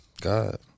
god